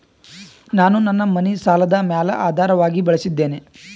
ನಾನು ನನ್ನ ಮನಿ ಸಾಲದ ಮ್ಯಾಲ ಆಧಾರವಾಗಿ ಬಳಸಿದ್ದೇನೆ